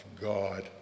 God